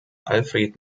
alfred